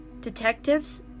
Detectives